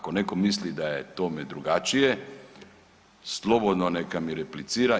Ako netko misli da je tome drugačije slobodno neka mi replicira.